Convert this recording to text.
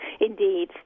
indeed